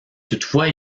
toutefois